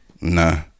Nah